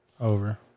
Over